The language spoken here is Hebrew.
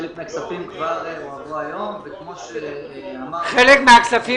חלק מהכספים כבר הועברו היום --- חלק מהכספים